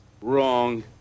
Wrong